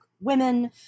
women